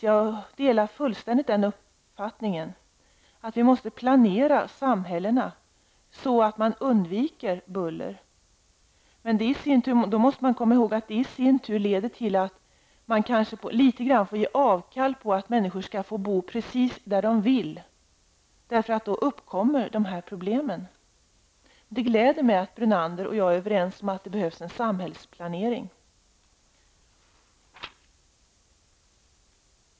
Jag delar fullständigt den uppfattningen, att samhällena måste planeras så att man undviker buller. Men då måste man komma ihåg att detta i sin tur leder till att kanske får ge avkall på kravet att människor skall få bo precis där de vill. I annat fall uppkommer dessa problem. Det gläder mig att Lennart Brunander och jag är överens om att det behövs en samhällsplanering.